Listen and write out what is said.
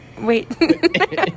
Wait